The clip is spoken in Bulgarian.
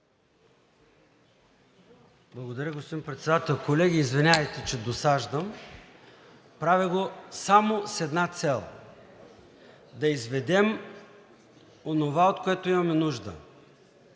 Благодаря, господин Председател. Колеги, извинявайте, че досаждам. Правя го само с една цел – да изведем онова, от което имаме нужда